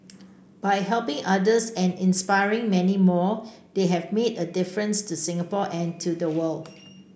by helping others and inspiring many more they have made a difference to Singapore and to the world